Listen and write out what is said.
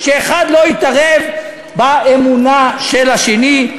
שאחד לא יתערב באמונה של השני.